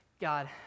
God